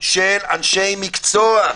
של אנשי מקצוע,